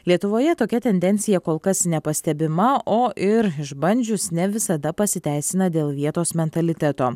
lietuvoje tokia tendencija kol kas nepastebima o ir išbandžius ne visada pasiteisina dėl vietos mentaliteto